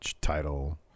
title